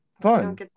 Fun